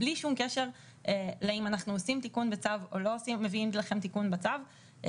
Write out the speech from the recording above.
בלי שום קשר לשאלה האם אנחנו מביאים לכם תיקון בצו או לא.